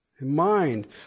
Mind